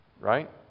right